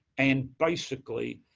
and basically,